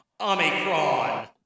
Omicron